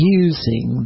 using